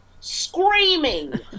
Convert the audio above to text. screaming